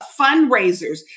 fundraisers